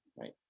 Right